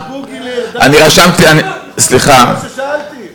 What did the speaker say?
זה מה ששאלתי.